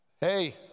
Hey